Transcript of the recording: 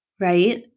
right